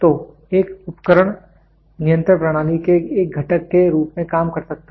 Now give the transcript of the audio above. तो एक उपकरण नियंत्रण प्रणाली के एक घटक के रूप में काम कर सकता है